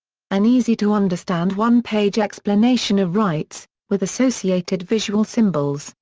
an easy-to-understand one-page explanation of rights, with associated visual symbols,